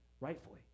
rightfully